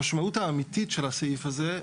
המשמעות האמיתית של הסעיף הזה,